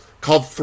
called